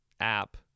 app